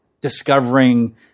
discovering